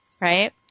right